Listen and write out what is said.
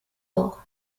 doch